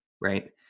Right